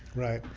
right,